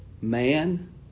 man